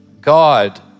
God